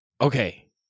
okay